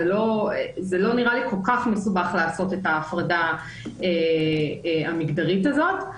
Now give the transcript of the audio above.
זה לא נראה לי כל-כך מסובך לעשות את ההפרדה המגדרית הזאת.